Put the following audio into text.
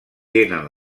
tenen